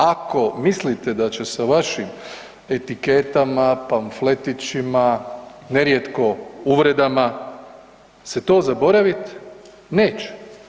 Ako mislite da će sa vašim etiketama, pamfletićima, nerijetko uvredama, se to zaboravit, neće.